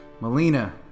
Melina